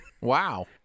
Wow